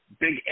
big